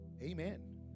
amen